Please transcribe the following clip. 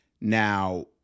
Now